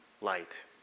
light